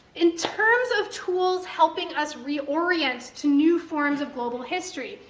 in terms of tools helping us reorient to new forms of global history,